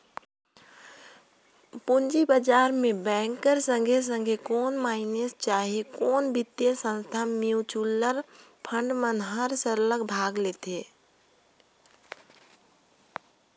पूंजी बजार में बेंक कर संघे संघे कोनो मइनसे चहे कोनो बित्तीय संस्था, म्युचुअल फंड मन हर सरलग भाग लेथे